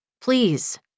please